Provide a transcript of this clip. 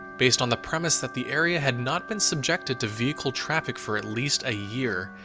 based on the premise that the area had not been subjected to vehicle traffic for at least a year,